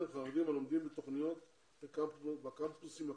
חרדים הלומדים בתוכניות בקמפוסים הכלליים,